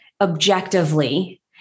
objectively